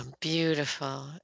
Beautiful